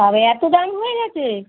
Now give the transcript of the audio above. বাবা এত দাম হয়ে গেছে